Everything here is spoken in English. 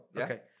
Okay